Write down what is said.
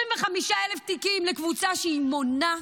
25,000 תיקים לקבוצה שמונה,